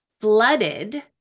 Flooded